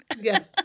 Yes